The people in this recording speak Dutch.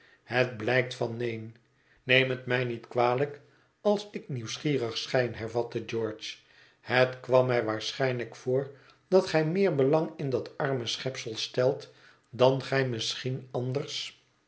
het blijkt van neen neem het mij niet kwalijk als ik nieuwsgierig schijn hervat george het kwam mij waarschijnlijk voor dat gij meer belang in dat arme schepsel stelt dan gij misschien anders